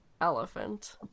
elephant